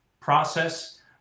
process